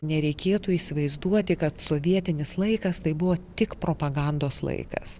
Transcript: nereikėtų įsivaizduoti kad sovietinis laikas tai buvo tik propagandos laikas